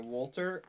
Walter